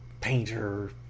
painter